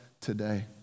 today